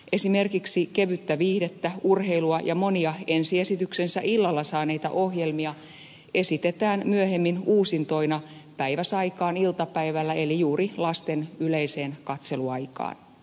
esimerkiksi kevyttä viihdettä urheilua ja monia ensiesityksensä illalla saaneita ohjelmia esitetään myöhemmin uusintoina päiväsaikaan iltapäivällä eli juuri lasten yleiseen katseluaikaan